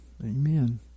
Amen